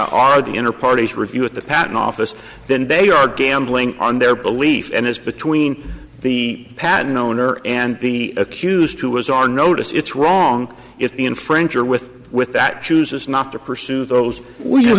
are the inner parties review it the patent office then they are gambling on their belief and it's between the patent owner and the accused who was our notice it's wrong if the infringer with with that chooses not to pursue those we